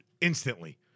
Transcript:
Instantly